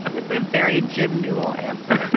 and it's a very jim newell and so